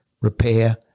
repair